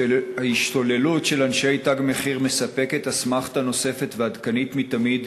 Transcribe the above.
ההשתוללות של אנשי "תג מחיר" מספקת אסמכתה נוספת ועדכנית מתמיד